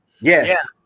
Yes